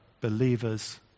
believers